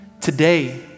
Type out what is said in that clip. Today